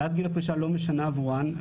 העלאת גיל הפרישה לא משנה עבורן.